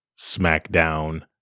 Smackdown